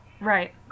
Right